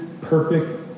Perfect